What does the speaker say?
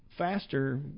faster